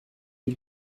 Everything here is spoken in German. die